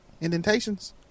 indentations